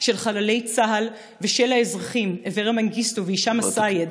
של חללי צה"ל ושל האזרחים אברה מנגיסטו והישאם א-סייד,